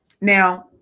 now